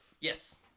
Yes